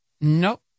No